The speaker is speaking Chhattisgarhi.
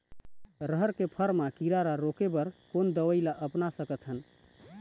रहर के फर मा किरा रा रोके बर कोन दवई ला अपना सकथन?